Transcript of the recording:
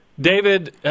David